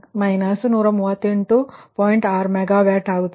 6 megawatt ಆಗುತ್ತದೆ